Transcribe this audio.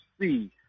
see